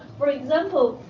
for example,